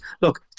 look